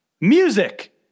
Music